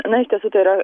na iš tiesų tai yra